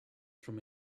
from